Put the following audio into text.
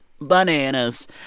bananas